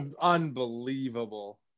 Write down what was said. unbelievable